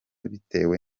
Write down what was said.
bitewe